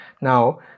Now